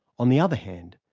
on the other hand,